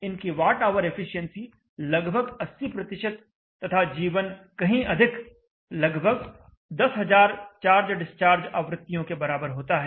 इनकी Wh efficiency लगभग 80 तथा जीवन कहीं अधिक लगभग 10000 चार्ज डिस्चार्ज आवृत्तियों के बराबर होता है